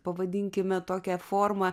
pavadinkime tokią formą